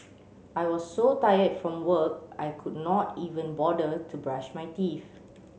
I was so tired from work I could not even bother to brush my teeth